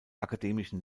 akademischen